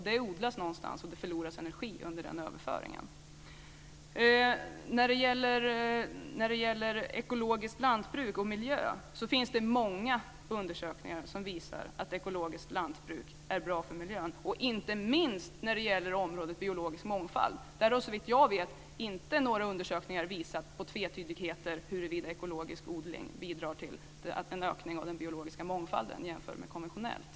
Det är odlat någonstans, och vid överföringen förloras energi. Vad beträffar ekologiskt lantbruk och miljö finns det många undersökningar som visar att ekologiskt lantbruk är bra för miljön, inte minst på området biologisk mångfald. Såvitt jag vet visar inga undersökningar på tvetydigheter när det gäller att ekologisk odling bidrar till en ökning av den ekologiska mångfalden i förhållande till vid konventionell odling.